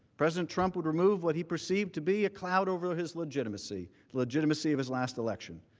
president trump would remove what he perceived to be a cloud over his legitimacy legitimacy of his last election.